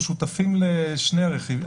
אנחנו שותפים לשני הרכיבים.